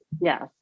Yes